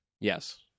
yes